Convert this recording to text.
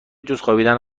جزخوابیدن